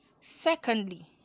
Secondly